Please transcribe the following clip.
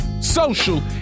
social